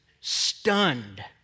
stunned